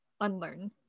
unlearn